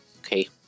Okay